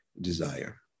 desire